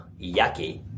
yucky